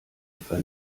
etwa